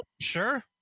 sure